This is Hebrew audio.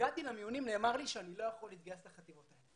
כשהגעתי למיונים נאמר לי שאני לא יכול להתגייס ליחידות האלה.